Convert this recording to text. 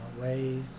ways